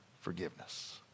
forgiveness